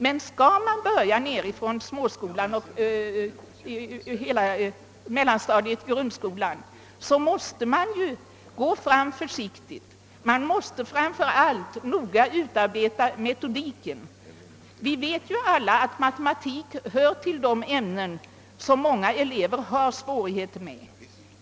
Men skall man börja nerifrån småskolan och fortsätta genom hela mellanstadiet i grundskolan, så måste man gå försiktigt fram. Framför allt måste man noga utarbeta metodiken. Vi vet alla att matematik hör till de ämnen som många elever har svårigheter med.